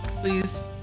Please